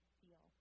feel